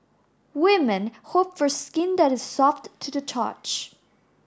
women hope for skin that is soft to the touch